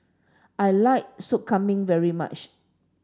I like Sop Kambing very much